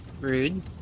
Rude